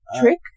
Trick